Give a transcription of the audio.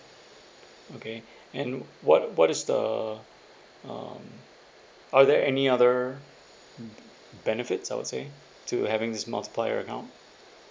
okay and what what is the um are there any other mm benefits I would say to having this multiplier account